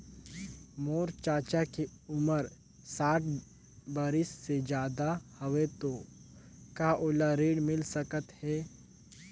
मोर चाचा के उमर साठ बरिस से ज्यादा हवे तो का ओला ऋण मिल सकत हे?